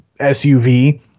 SUV